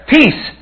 Peace